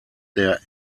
der